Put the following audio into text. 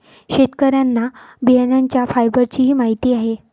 शेतकऱ्यांना बियाण्यांच्या फायबरचीही माहिती आहे